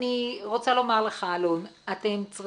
אני רוצה לומר לך,